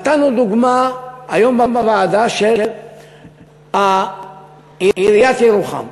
נתנו דוגמה היום בוועדה של עיריית ירוחם.